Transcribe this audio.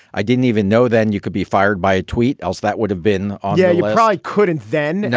i didn't even know then you could be fired by a tweet else. that would have been oh, yeah, you probably couldn't then. and